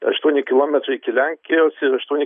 aštuoni kilometrai iki lenkijos ir aštuoni